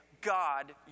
God